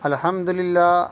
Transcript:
الحمد للہ